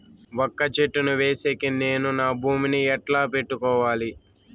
వక్క చెట్టును వేసేకి నేను నా భూమి ని ఎట్లా పెట్టుకోవాలి?